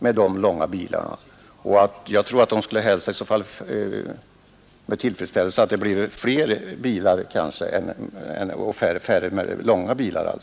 Man skulle säkert acceptera att man fick ett större antal bilar om man bara fick färre långa bilar.